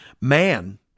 Man